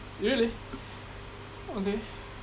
really okay